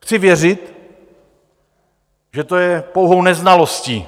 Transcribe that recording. Chci věřit, že to je pouhou neznalostí.